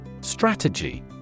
Strategy